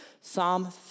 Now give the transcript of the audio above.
Psalm